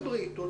דברי אתו,